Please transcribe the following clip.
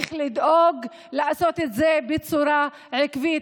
צריך לדאוג לעשות את זה בצורה עקבית,